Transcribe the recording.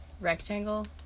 rectangle